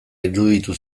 iruditu